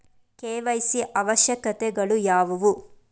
KYC ಅವಶ್ಯಕತೆಗಳು ಯಾವುವು?